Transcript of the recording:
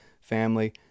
family